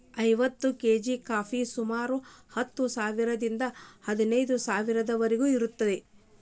ಐವತ್ತು ಕೇಜಿ ಕಾಫಿಗೆ ಸುಮಾರು ಹತ್ತು ಸಾವಿರದಿಂದ ಹದಿನೈದು ಸಾವಿರದವರಿಗೂ ಇರುತ್ತದೆ